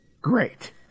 Great